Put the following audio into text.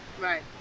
Right